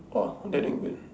!wah! very good